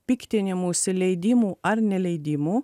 piktinimųsi leidimų ar neleidimų